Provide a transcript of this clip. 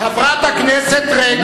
חברת הכנסת רגב.